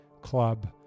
Club